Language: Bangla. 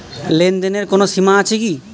লেনদেনের কোনো সীমা আছে কি?